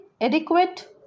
adequate